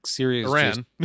Iran